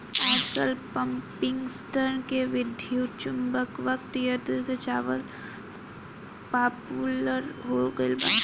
आजकल पम्पींगसेट के विद्युत्चुम्बकत्व यंत्र से चलावल पॉपुलर हो गईल बा